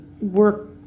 work